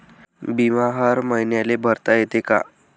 बिमा हर मईन्याले भरता येते का?